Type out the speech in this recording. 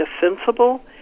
defensible